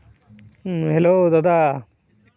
ᱦᱮᱸ ᱦᱮᱞᱳ ᱫᱟᱫᱟ